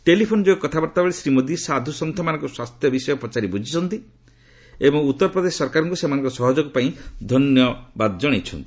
telephone ଯୋଗେ କଥାବାର୍ତ୍ତା ବେଳେ ଶ୍ରୀ ମୋଦି ସାଧୁସନ୍ଥମାନଙ୍କ ସ୍ୱାସ୍ଥ୍ୟ ବିଷୟ ପଚାରି ବୁଝିଛନ୍ତି ଏବଂ ଉଉରପ୍ରଦେଶ ସରକାରଙ୍କୁ ସେମାନଙ୍କ ସହଯୋଗ ପାଇ ସାଧୁସନ୍ଥମାନଙ୍କୁ ଧନ୍ୟବାଦ ଜଣାଇଛନ୍ତି